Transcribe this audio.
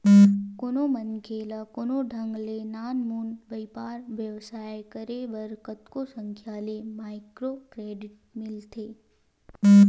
कोनो मनखे ल कोनो ढंग ले नानमुन बइपार बेवसाय करे बर कतको संस्था ले माइक्रो क्रेडिट मिलथे